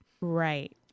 Right